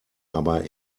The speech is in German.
aber